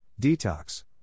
Detox